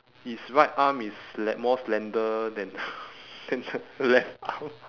its right arm is like more slender than than the left arm